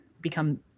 become